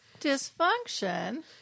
Dysfunction